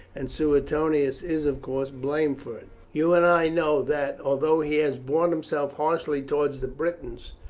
and suetonius is of course blamed for it. you and i know that, although he has borne himself harshly towards the britons,